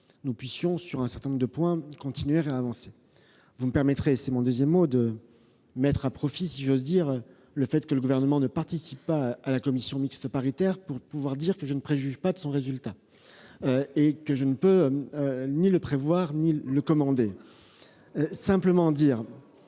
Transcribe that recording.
nous puissions, sur un certain nombre de points, continuer à avancer. Deuxièmement, vous me permettrez de mettre à profit- si j'ose dire -le fait que le Gouvernement ne participe pas à la commission mixte paritaire, pour dire que je ne préjuge pas de son résultat, et que je ne peux ni le prévoir ni le commander.